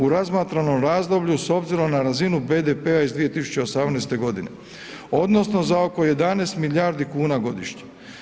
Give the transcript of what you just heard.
U razmatranom razdoblju s obzirom na razinu BDP-a iz 2018. godine odnosno za oko 11 milijardi kuna godišnje.